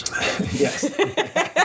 Yes